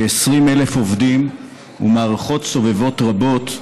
כ-20,000 עובדים ומערכות סובבות רבות,